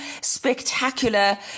spectacular